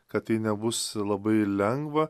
kad tai nebus labai lengva